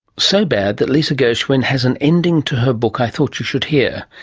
so bad that lisa gershwin has an ending to her book i thought you should hear.